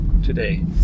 today